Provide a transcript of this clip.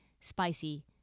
spicy